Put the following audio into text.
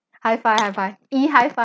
high-five high-five e-high-five